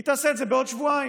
היא תעשה את זה בעוד שבועיים,